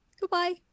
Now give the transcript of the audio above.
goodbye